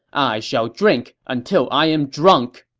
i shall drink until i am drunk.